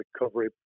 recovery